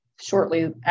shortly